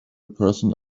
person